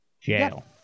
Jail